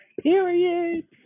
period